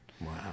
Wow